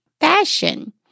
fashion